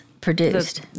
produced